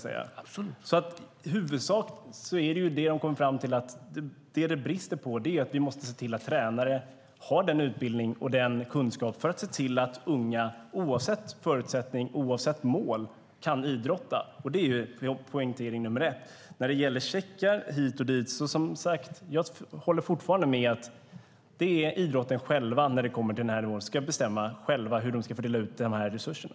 De kommer fram till att vi måste se till att tränare har utbildning och kunskap för att se till att unga, oavsett förutsättningar och oavsett mål, kan idrotta. Det är prioritering nummer ett. När det gäller checkar hit och dit håller jag fortfarande med om att idrotten själv ska bestämma hur man ska fördela resurserna.